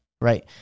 Right